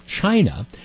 China